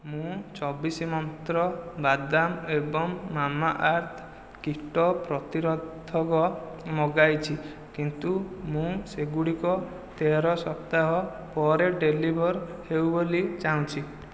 ମୁଁ ଚବିଶ ମନ୍ତ୍ର ବାଦାମ ଏବଂ ମାମାଆର୍ଥ କୀଟ ପ୍ରତିରୋଧକ ମଗାଇଛି କିନ୍ତୁ ମୁଁ ସେଗୁଡ଼ିକ ତେର ସପ୍ତାହ ପରେ ଡେଲିଭର୍ ହେଉ ବୋଲି ଚାହୁଁଛି